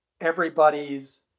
everybody's